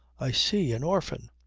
i see. an orphan.